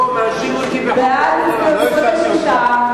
הוא מאשים אותי בחטא לשון הרע.